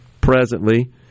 presently